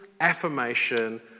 affirmation